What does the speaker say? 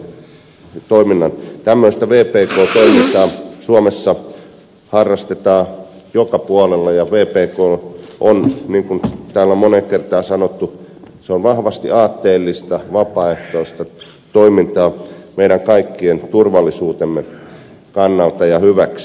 tämmöistä vpk toimintaa suomessa harrastetaan joka puolella ja vpk on niin kuin täällä on moneen kertaan sanottu vahvasti aatteellista vapaaehtoista toimintaa meidän kaikkien turvallisuutemme kannalta ja hyväksi